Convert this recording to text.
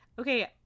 Okay